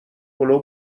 پلو